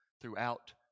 throughout